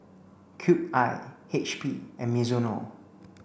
Cube I H P and Mizuno